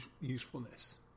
usefulness